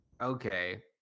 Okay